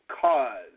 cause